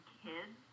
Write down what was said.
kids